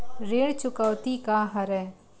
ऋण चुकौती का हरय?